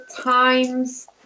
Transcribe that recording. times